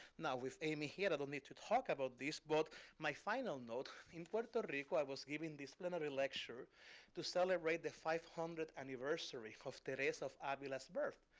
now with amy here, i don't need to talk about this. but my final note, in puerto rico, i was giving this plenary lecture to celebrate the five hundredth anniversary of teresa of avila's birth.